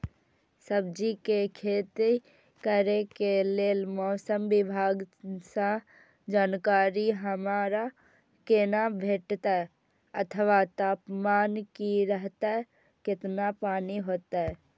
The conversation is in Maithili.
सब्जीके खेती करे के लेल मौसम विभाग सँ जानकारी हमरा केना भेटैत अथवा तापमान की रहैत केतना पानी होयत?